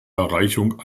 erreichung